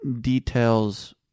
details